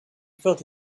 felt